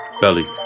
Belly